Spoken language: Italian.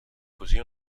così